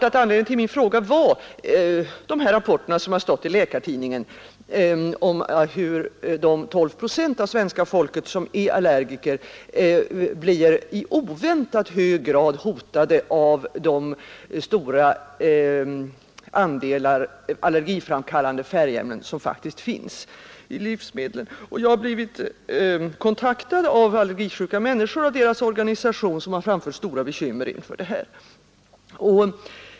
Anledningen till min fråga var rapporterna som stått i Läkartidningen om hur de 12 procent av svenska folket som är allergiker i oväntat hög grad blir hotade av de stora andelar allergiframkallande färgämnen som faktiskt finns i livsmedlen. Jag har blivit kontaktad av allergisjuka människor och deras organisation, som framfört stora bekymmer för detta.